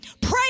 Pray